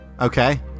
Okay